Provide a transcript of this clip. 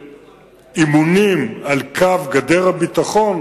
באזור, כנראה על גבולות גדר הביטחון.